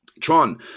Tron